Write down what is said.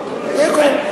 זה הכול.